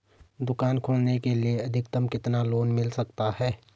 दुकान खोलने के लिए अधिकतम कितना लोन मिल सकता है?